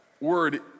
word